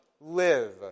live